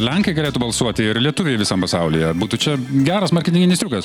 lenkai galėtų balsuoti ir lietuviai visam pasaulyje būtų čia geras marketinginis triukas